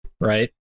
Right